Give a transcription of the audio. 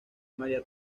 maría